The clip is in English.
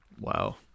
Wow